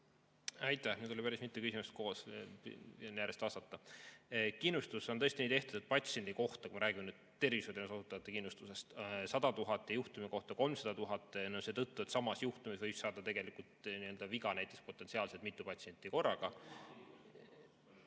Aitäh! Nüüd oli päris mitu küsimust koos, püüan järjest vastata. Kindlustus on tõesti nii tehtud, et patsiendi kohta, kui me räägime tervishoiuteenuse osutajate kindlustusest, 100 000 [eurot] ja juhtumi kohta 300 000, see on seetõttu, et samas juhtumis võib saada tegelikult viga näiteks potentsiaalselt mitu patsienti korraga.